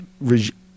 regime